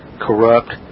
corrupt